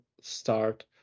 start